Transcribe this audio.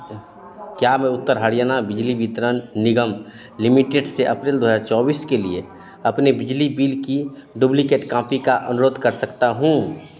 क्या मैं उत्तर हरियाणा बिजली वितरण निगम लिमिटेड से अप्रैल दो हज़ार चौबीस के लिए अपने बिजली बिल की डुप्लिकेट कॉपी का अनुरोध कर सकता हूँ